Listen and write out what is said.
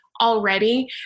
already